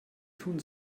tun